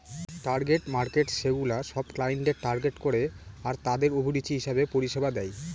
target markets সেগুলা সব ক্লায়েন্টদের টার্গেট করে আরতাদের অভিরুচি হিসেবে পরিষেবা দেয়